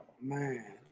man